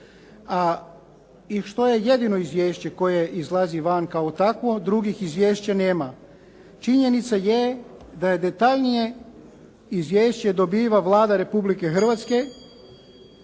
i što je jedino izvješće koje izlazi van kao takvo, drugih izvješća nema. Činjenica je da detaljnije izvješće dobiva Vlada Republike Hrvatske